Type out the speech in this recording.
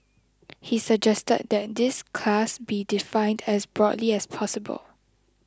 he suggested that this class be defined as broadly as possible